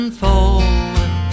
forward